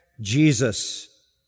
Jesus